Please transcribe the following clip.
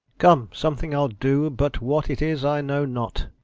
come, something i'll do, but what it is, i know not.